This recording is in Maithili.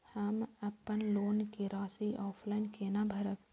हम अपन लोन के राशि ऑफलाइन केना भरब?